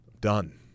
done